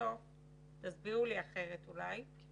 ותסבירו לי אחרת אולי.